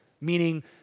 meaning